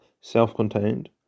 self-contained